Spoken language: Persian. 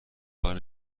کار